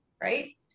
right